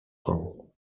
kong